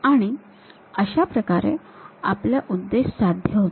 आणि अशाप्रकारे आपला उद्देश साध्य होतो